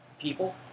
people